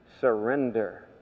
surrender